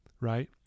right